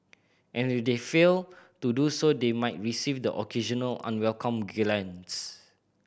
and if they fail to do so they might receive the occasional unwelcome glance